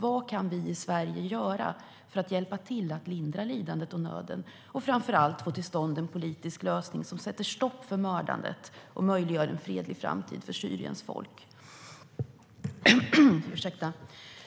Vad kan vi i Sverige göra för att hjälpa till att lindra lidandet och nöden och framför allt få till stånd en politisk lösning som sätter stopp för mördandet och möjliggör en fredlig framtid för Syriens folk?